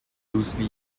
loosely